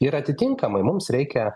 ir atitinkamai mums reikia